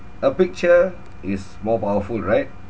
a picture is more powerful right